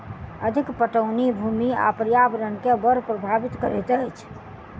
अधिक पटौनी भूमि आ पर्यावरण के बड़ प्रभावित करैत अछि